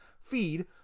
feed